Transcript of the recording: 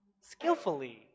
skillfully